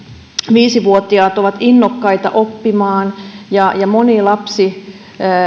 viisi vuotiaat ovat innokkaita oppimaan moni lapsi